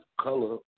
color